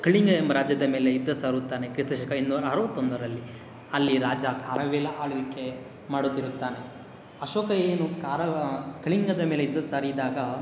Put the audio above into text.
ಕಳಿಂಗ ಎಂಬ ರಾಜ್ಯದ ಮೇಲೆ ಯುದ್ಧ ಸಾರುತ್ತಾನೆ ಕ್ರಿಸ್ತಶಕ ಇನ್ನೂರ ಅರವತ್ತೊಂದರಲ್ಲಿ ಅಲ್ಲಿ ರಾಜಾ ಖಾರವೇಲ ಆಳ್ವಿಕೆ ಮಾಡುತ್ತಿರುತ್ತಾನೆ ಅಶೋಕ ಏನು ಕಾರ ಕಳಿಂಗದ ಮೇಲೆ ಯುದ್ಧ ಸಾರಿದಾಗ